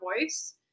voice